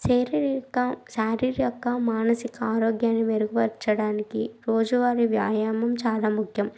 శరీరిక శారీరక మానసిక ఆరోగ్యాన్ని మెరుగుపరచడానికి రోజువారీ వ్యాయామం చాలా ముఖ్యం